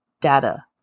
data